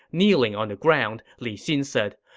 kneeling on the ground, li xin said,